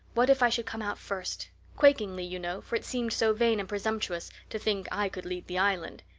what if i should come out first quakingly, you know, for it seemed so vain and presumptuous to think i could lead the island.